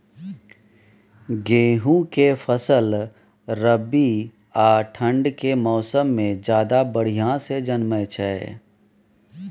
गेहूं के फसल रबी आ ठंड के मौसम में ज्यादा बढ़िया से जन्में छै?